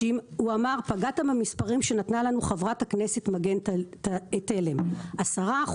הוא אמר: פגעת במספרים שנתנה לנו חברת הכנסת מגן תלם 10%,